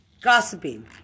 Gossiping